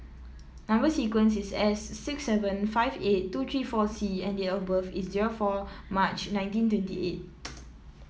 number sequence is S six seven five eight two three four C and date of birth is zero four March nineteen twenty eight